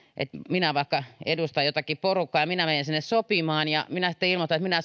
että minä vaikka edustan jotakin porukkaa ja minä menen sinne sopimaan ja minä sitten ilmoitan että minä